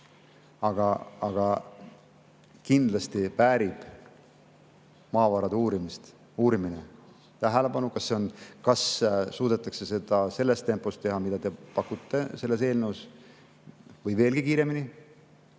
Aga kindlasti väärib maavarade uurimine tähelepanu. Kas suudetakse seda selles tempos teha, mida te pakute selles eelnõus, või veelgi kiiremini?